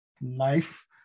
knife